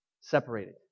separated